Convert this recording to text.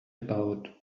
about